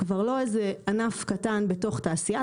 שהוא כבר לא איזה ענף קטן בתוך התעשייה,